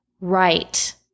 right